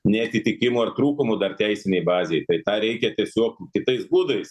neatitikimų ar trūkumų dar teisinėj bazėj tai tą reikia tiesiog kitais būdais